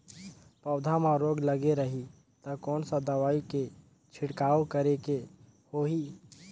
पौध मां रोग लगे रही ता कोन सा दवाई के छिड़काव करेके होही?